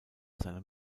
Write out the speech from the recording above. seinem